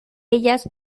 ellas